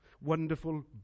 wonderful